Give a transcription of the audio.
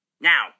Now